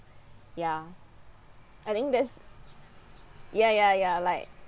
ya I think that's ya ya ya like